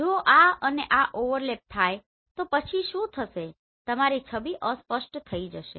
જો આ અને આ ઓવરલેપ થાય તો પછી શું થશે તમારી છબી અસ્પષ્ટ થઈ જશે